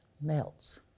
melts